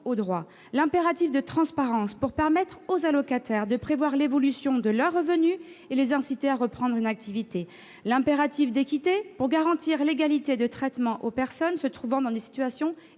droits ; l'impératif de transparence pour permettre aux allocataires de prévoir l'évolution de leurs revenus et les inciter à reprendre une activité ; l'impératif d'équité pour garantir une égalité de traitement aux personnes se trouvant dans des situations